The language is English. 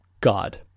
god